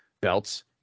belts